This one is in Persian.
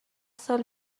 سال